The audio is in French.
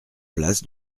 place